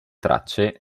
tracce